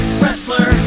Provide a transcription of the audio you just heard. wrestler